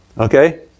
Okay